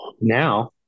now